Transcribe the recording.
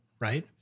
right